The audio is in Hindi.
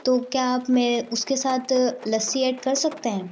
तो क्या आप मैं उसके साथ लस्सी ऐड कर सकते हैं